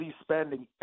spending